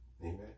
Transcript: Amen